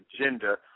agenda